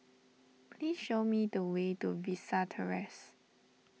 please show me the way to Vista Terrace